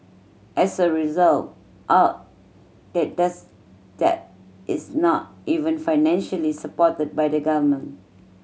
as a result art that does that is not even financially supported by the government